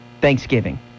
Thanksgiving